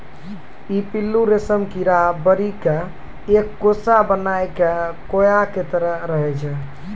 ई पिल्लू रेशम कीड़ा बढ़ी क एक कोसा बनाय कॅ कोया के तरह रहै छै